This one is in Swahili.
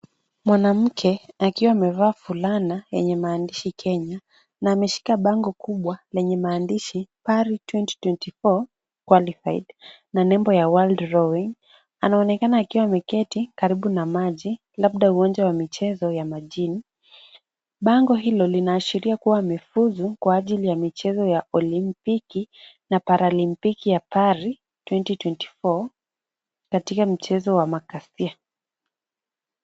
Mwanamke, akiwa amevaa fulana yenye maandishi Kenya, na ameshika bango kubwa lenye maandishi Paris 2024 qualified na nembo ya World Rowing , anaonekana akiwa ameketi karibu na maji, labda uwanja wa michezo ya majini. Bango hilo linaashiria kuwa mifuzu kwa ajili ya michezo ya Olimpiki na Paralimpiki ya Paris 2024 , katika mchezo wa makasia.